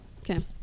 Okay